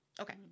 Okay